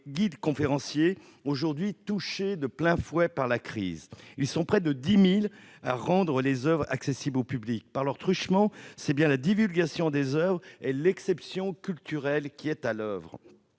guides-conférenciers, aujourd'hui touchés de plein fouet par la crise. Ils sont près de 10 000 à rendre les oeuvres accessibles au public. Par leur truchement, c'est bien la divulgation des oeuvres et l'exception culturelle française qui